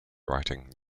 writing